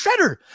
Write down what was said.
shredder